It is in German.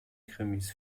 krimis